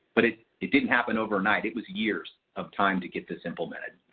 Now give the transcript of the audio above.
but it it didn't happen overnight, it was years of time to get this implemented.